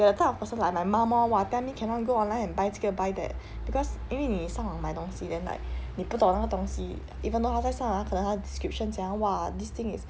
there are type of person like my mom lor !wah! tell me cannot go online and buy 这个 buy that because 因为你上网买东西 then like 你不懂那个东西 even though 他在上网他可能他 description 讲他 !wah! this thing is